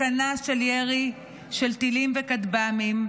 סכנה של ירי של טילים וכטב"מים,